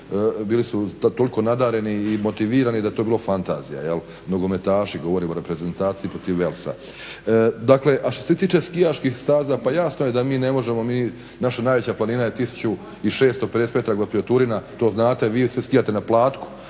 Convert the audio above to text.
bili su toliko nadareni i motivirani da je to bilo fantazija. Nogometaši, govorim o reprezentaciji protiv Walesa. A što se tiče skijaških staza pa jasno je da mi ne možemo, naša najveće planina je 1650m gospođo Turina, to znate, vi se skijate na Platku,